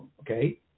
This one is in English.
okay